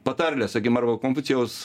patarlė sakim arba konfucijaus